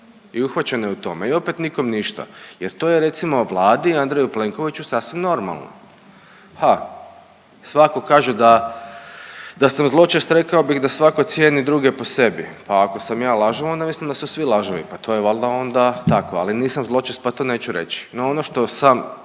I uhvaćena je u tome i opet nikom ništa. Jer to je recimo Vladi i Andreju Plenkoviću sasvim normalno. Ha, svatko kaže da, da sam zločest rekao bih da svatko cijeni druge po sebi pa ako sam ja lažov, onda mislim da su svi lažovi. Pa to je valjda onda tako, ali nisam zločest pa to neću reći. No ono što sam